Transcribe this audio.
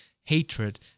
hatred